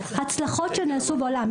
הצלחות שנעשו בעולם.